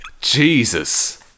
Jesus